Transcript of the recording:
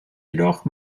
jedoch